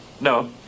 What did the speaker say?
no